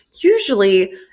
usually